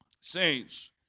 Saints